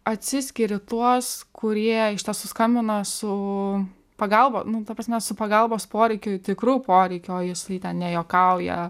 atsiskiri tuos kurie suskambino su pagalba nu ta prasme su pagalbos poreikiu tikru poreikiu o jisai ten nejuokauja